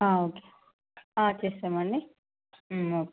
ఆ ఓకే ఆ చేస్తామండి ఓకే